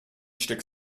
stück